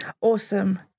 Awesome